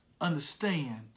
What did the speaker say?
understand